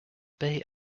bay